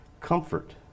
Comfort